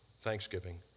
Thanksgiving